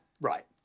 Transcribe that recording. right